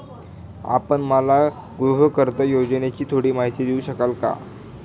आपण मला गृहकर्ज योजनेची थोडी माहिती देऊ शकाल का?